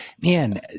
man